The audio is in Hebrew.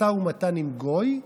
משא ומתן עם גוי,